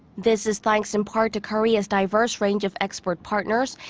this is thanks in part to korea's diverse range of export partners.